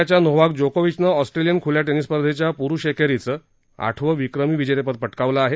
सर्बियाच्या नोव्हाक जोकोविचनं ऑस्ट्रेलियन खुल्या टेनिस स्पर्धेच्या पुरुष एकेरीचं आठवं विक्रमी विजेतेपद पटकावलं आहे